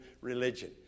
religion